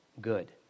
good